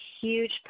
huge